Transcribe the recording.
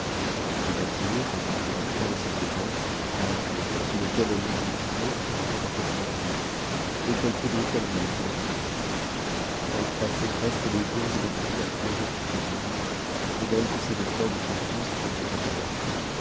elle fit bâtir au milieu de la cour de sa maison un dôme sous lequel elle mit une figure qui représentait son fils et qu'elle couvrit eme même de drap noir elle passait presque les jours et les nuits à pleurer sous ce dôme de même que si le corps de son fils eut été enterré là